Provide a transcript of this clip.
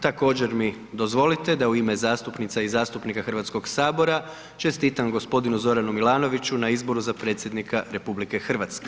Također mi dozvolite da u ime zastupnica i zastupnika Hrvatskog sabora čestitam gospodinu Zoranu Milanoviću na izboru za predsjednika RH.